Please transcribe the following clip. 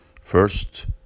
first